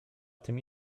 tymi